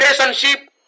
relationship